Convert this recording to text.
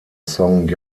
song